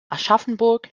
aschaffenburg